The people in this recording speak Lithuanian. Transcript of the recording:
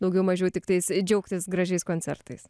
daugiau mažiau tiktais džiaugtis gražiais koncertais